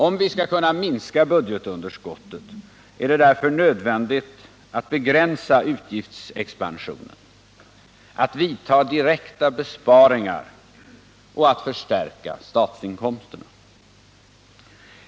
Om vi skall kunna minska budgetunderskottet är det därför nödvändigt att begränsa utgiftsexpansionen, att vidta direkta besparingar och att förstärka statsinkomsterna.